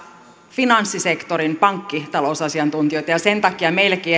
finanssisektorin pankkitalousasiantuntijoita ja sen takia meillekin